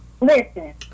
Listen